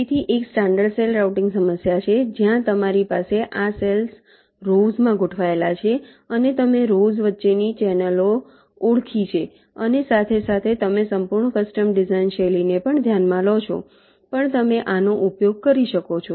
તેથી એક standard cell routing સમસ્યા છે જ્યાં તમારી પાસે આ સેલ્સ રોવ્સ માં ગોઠવાયેલા છે અને તમે રોવ્સ વચ્ચેની ચેનલો ઓળખી છે અને સાથે સાથે તમે સંપૂર્ણ કસ્ટમ ડિઝાઇન શૈલીને પણ ધ્યાનમાં લો છો પણ તમે આનો ઉપયોગ કરી શકો છો